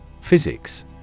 Physics